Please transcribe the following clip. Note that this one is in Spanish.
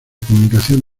comunicación